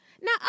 now